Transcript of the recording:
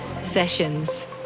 Sessions